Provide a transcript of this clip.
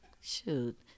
shoot